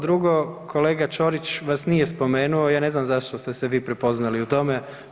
Drugo, kolega Ćorić vas nije spomenuo, ja ne znam zašto ste se vi prepoznali u tome.